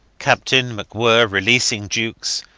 captain macwhirr released jukes,